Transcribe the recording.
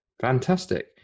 fantastic